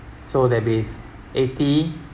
so there'll be s~ eighty